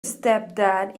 stepdad